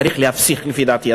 צריך להפסיק אותה,